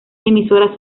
emisoras